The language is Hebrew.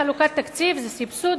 'חלוקת תקציב' סבסוד,